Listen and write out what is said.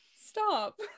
Stop